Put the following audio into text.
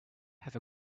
have